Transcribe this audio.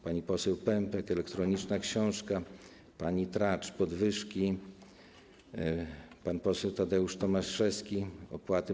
Pani poseł Pępek - elektroniczna książka, pani Tracz - podwyżki, pan poseł Tadeusz Tomaszewski - opłaty.